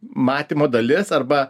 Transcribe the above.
matymo dalis arba